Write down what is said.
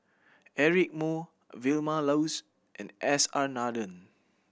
Eric Moo Vilma Laus and S R Nathan